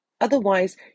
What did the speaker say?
Otherwise